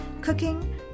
cooking